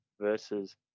versus